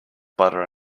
butter